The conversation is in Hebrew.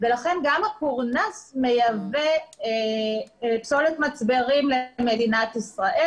ולכן גם הקורנס מייבא פסולת מצברים למדינת ישראל